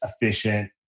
efficient